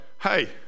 hey